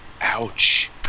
Ouch